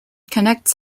connects